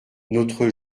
notre